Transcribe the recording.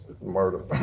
Murder